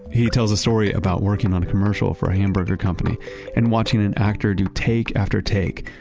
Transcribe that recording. he tells a story about working on a commercial for a hamburger company and watching an actor do take after take,